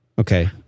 Okay